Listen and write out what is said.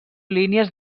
línies